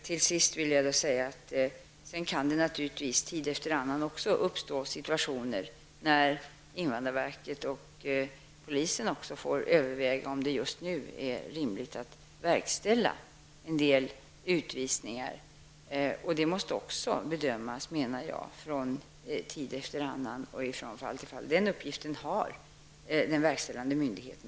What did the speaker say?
Till sist vill jag säga att det tid efter annan kan uppstå situationer när invandrarverket och också polisen får överväga om det vid den aktuella tidpunkten är rimligt att verkställa en del utvisningar. Detta måste bedömas från fall till fall och den uppgiften åligger den verkställande myndigheten.